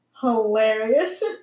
hilarious